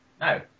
No